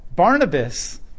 Barnabas